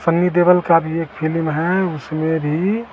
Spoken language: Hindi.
सन्नी देवल की भी एक फिलिम है उसमें भी